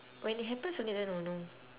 when it happens only then I will know